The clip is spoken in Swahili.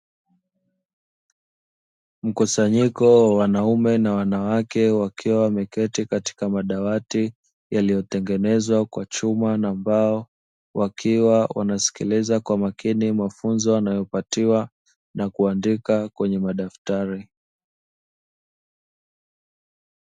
Mkusanyiko wa wanaume na wanawake wakiwa wameketi katika madawati yaliyotengenezwa kwa chuma na mbao, wakiwa wanasikiliza kwa makini mafunzo wanayopatiwa na kuandika kwenye madaftari.